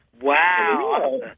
Wow